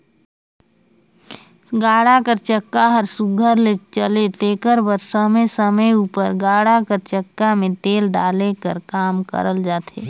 गाड़ा कर चक्का हर सुग्घर ले चले तेकर बर समे समे उपर गाड़ा कर चक्का मे तेल डाले कर काम करल जाथे